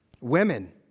Women